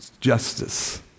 justice